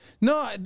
No